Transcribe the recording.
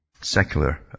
secular